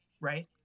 right